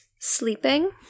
sleeping